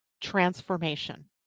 Transformation